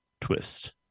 twist